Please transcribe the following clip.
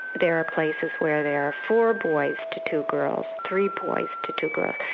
there are places where there are four boys to two girls, three boys to two girls.